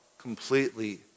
completely